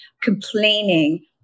complaining